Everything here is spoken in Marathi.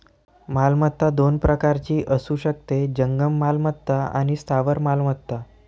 मालमत्ता दोन प्रकारची असू शकते, जंगम मालमत्ता आणि स्थावर मालमत्ता